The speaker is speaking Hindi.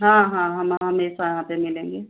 हाँ हाँ हम हमेशा वहाँ पर मिलेंगे